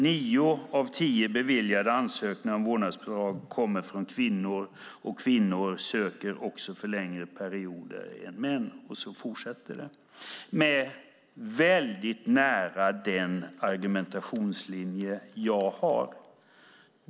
9 av 10 beviljade ansökningar om vårdnadsbidrag kommer från kvinnor och kvinnor söker också för längre perioder än män." Sedan fortsätter det väldigt nära den argumentationslinje jag har.